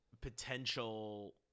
potential